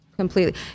completely